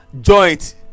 joint